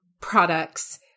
products